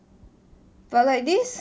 but like this